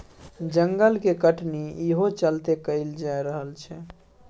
जंगल के कटनी इहो चलते कएल जा रहल छै